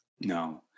No